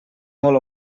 molt